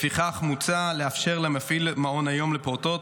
לפיכך, מוצע לאפשר למפעיל מעון יום לפעוטות,